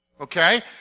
okay